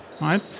right